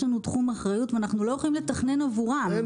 יש לנו תחום אחריות ואנחנו לא יכולים לתכנן עבורם.